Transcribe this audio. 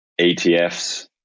ETFs